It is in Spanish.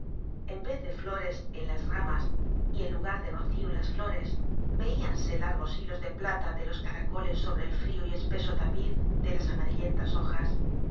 en vez de flores en las ramas y en lugar de rocio en las flores veíanse los largos hilos de plata de los caracoles sobre el frio y espeso tapiz de las amarillentas hojas